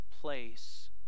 place